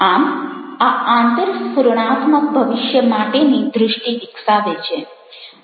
આમ આ આંતરસ્ફુરણાત્મક ભવિષ્ય માટેની દ્રષ્ટિ વિકસાવે છે